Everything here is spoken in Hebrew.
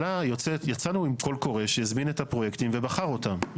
יצאנו עם קול קורא שהזמין את הפרויקטים ובחר אותם.